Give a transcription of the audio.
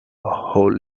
hull